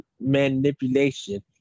manipulation